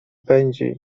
pędzi